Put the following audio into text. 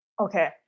Okay